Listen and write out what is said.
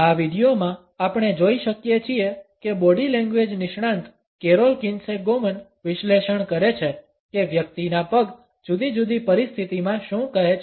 આ વિડીયોમાં આપણે જોઈ શકીએ છીએ કે બોડી લેંગ્વેજ નિષ્ણાંત કેરોલ કિન્સે ગોમન વિશ્લેષણ કરે છે કે વ્યક્તિના પગ જુદી જુદી પરિસ્થિતિમાં શું કહે છે